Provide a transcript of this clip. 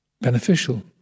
beneficial